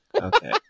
Okay